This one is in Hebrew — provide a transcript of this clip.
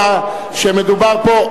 הרווחה כשמדובר פה,